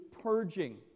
purging